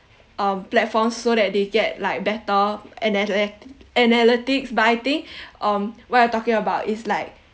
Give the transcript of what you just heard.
um platforms so that they get like better analy~ analytics but I think um what you're talking about is like